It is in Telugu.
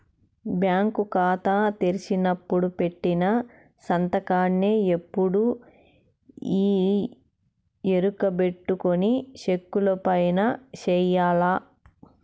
బ్యాంకు కాతా తెరిసినపుడు పెట్టిన సంతకాన్నే ఎప్పుడూ ఈ ఎరుకబెట్టుకొని సెక్కులవైన సెయ్యాల